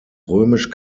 römisch